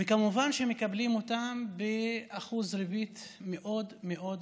וכמובן שמקבלים אותן בריבית מאוד מאוד גבוהה.